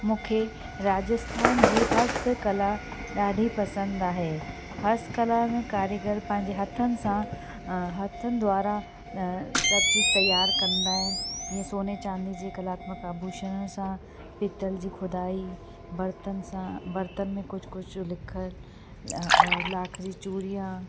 मूंखे राजस्थान जी हस्तकला ॾाढी पसंदि आहे हस्तकला में कारीगर पंहिंजे हथनि सां हथनि द्वारा सभु चीज़ तयारु कंदा आहिनि इहे सोने चांदी जी कलात्मक आभुषण सां पीतल जी ख़ुदाई बर्तन सां बर्तन में कुझु कुझु लिखियलु और लाख जी चुड़िया